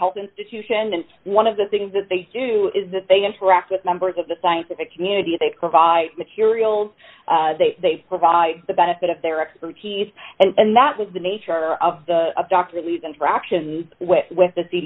health institution and one of the things that they do is that they interact with members of the scientific community they provide materials they provide the benefit of their expertise and that was the nature of the doctor leaves interactions with